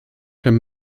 him